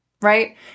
right